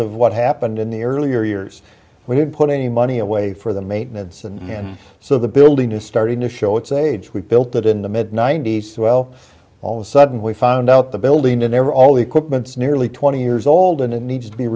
of what happened in the earlier years we didn't put any money away for the maintenance and and so the building is starting to show its age we've built it in the mid ninety's so well all of a sudden we found out the building and there were all the equipment nearly twenty years old and it needs to be